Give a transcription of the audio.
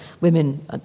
women